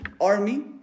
army